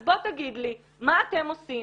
אז בוא תגיד לי מה אתם עושים,